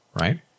Right